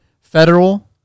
federal